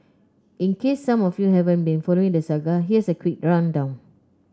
in case some of you haven't been following the saga here's a quick rundown